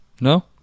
No